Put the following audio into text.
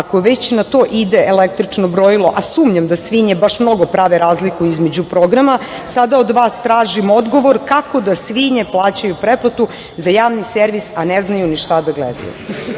Ako već na to ide električno brojilo, a sumnjam da svinje baš mnogo prave razliku između programa, sada od vas tražim odgovor kako da svinje plaćaju pretplatu za javni servis, a ne znaju šta gledaju.“Vidim